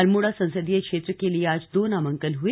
अल्मोड़ा संसदीय क्षेत्र के लिए आज दो नामांकन हए